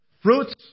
fruits